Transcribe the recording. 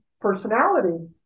personality